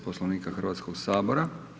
Poslovnika Hrvatskoga sabora.